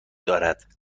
دارد